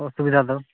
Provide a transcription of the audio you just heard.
ᱚᱥᱩᱵᱤᱫᱟ ᱫᱚ